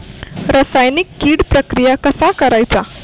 रासायनिक कीड प्रक्रिया कसा करायचा?